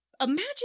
Imagine